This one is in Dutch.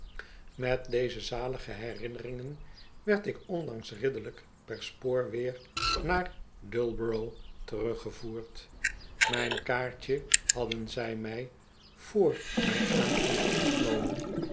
met deze zalige herinneringen werd ik onlangs ridderlijk per spoor weer naar dullborough teruggevoerd mijn kaartje hadden zij mij vr mijn aankomst ontnomen